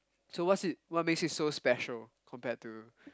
so what's it what makes it so special compared to